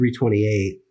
328